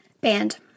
Band